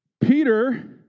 Peter